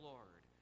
Lord